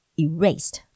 erased